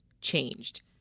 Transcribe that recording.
changed